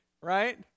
Right